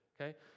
okay